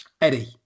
Eddie